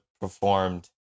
performed